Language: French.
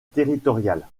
territoriale